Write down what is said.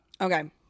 Okay